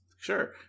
Sure